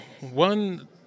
One